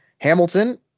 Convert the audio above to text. Hamilton